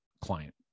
client